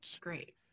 great